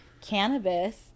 cannabis